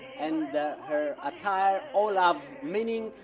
and her attire all of meaning.